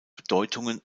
bedeutungen